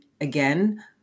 again